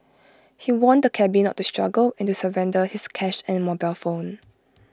he warned the cabby not to struggle and to surrender his cash and mobile phone